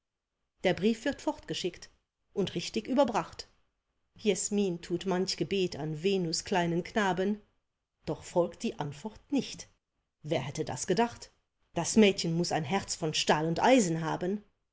der brief wird fortgeschickt und richtig überbracht jesmin tut manch gebet an venus kleinen knaben doch folgt die antwort nicht wer hätte das gedacht das mädchen muß ein herz von stahl und eisen haben